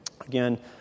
again